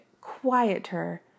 quieter